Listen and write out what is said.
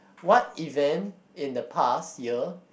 what event in the past year